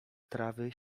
trawy